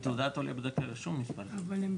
אבל בתעודת עולה בדרך כלל רשום מספר.